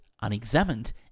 unexamined